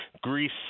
Greece